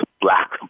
black